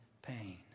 pain